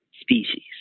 species